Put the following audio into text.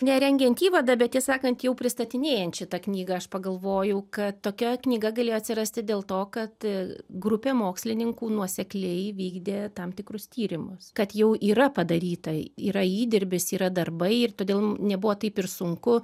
ne rengiant įvadą bet tiesą sakant jau pristatinėjant šitą knygą aš pagalvojau kad tokia knyga galėjo atsirasti dėl to kad grupė mokslininkų nuosekliai vykdė tam tikrus tyrimus kad jau yra padaryta yra įdirbis yra darbai ir todėl nebuvo taip ir sunku